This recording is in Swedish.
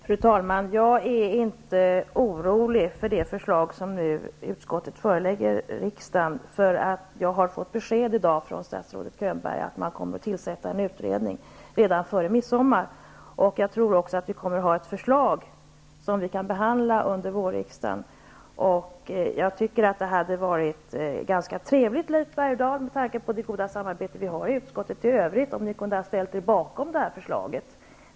Fru talman! Jag är inte orolig för det förslag som utskottet nu förelägger riksdagen. Jag har i dag fått beskedet från statsrådet Könberg att man kommer att tillsätta en utredning redan före midsommar. Jag tror också att vi kommer att få ett förslag som kan behandlas under vårriksdagen. Jag tycker att det hade varit ganska trevligt, Leif Bergdahl, med tanke på det goda samarbete som vi i övrigt har i utskottet, om ni kunde ha ställt er bakom detta förslag.